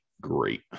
great